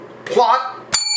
Plot